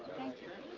thank you.